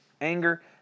anger